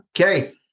Okay